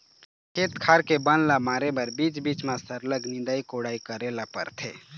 खेत खार के बन ल मारे बर बीच बीच म सरलग निंदई कोड़ई करे ल परथे